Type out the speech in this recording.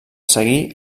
seguí